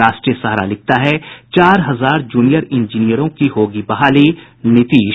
राष्ट्रीय सहारा लिखता है चार हजार जूनियर इंजीनियरों की होगी बहाली नीतीश